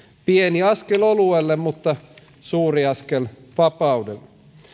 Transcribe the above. pieni askel oluelle mutta suuri askel vapaudelle